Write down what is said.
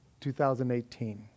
2018